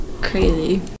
crazy